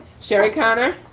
sherry conner.